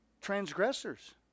transgressors